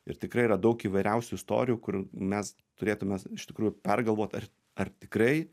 ir tikrai yra daug įvairiausių istorijų kur mes turėtume iš tikrųjų pergalvot ar ar tikrai